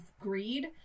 greed